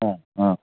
ആ ആ